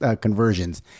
conversions